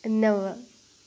नव